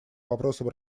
вопросам